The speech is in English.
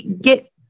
get